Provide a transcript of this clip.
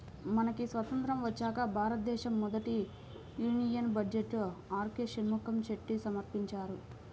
మనకి స్వతంత్రం వచ్చాక భారతదేశ మొదటి యూనియన్ బడ్జెట్ను ఆర్కె షణ్ముఖం చెట్టి సమర్పించారు